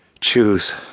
Choose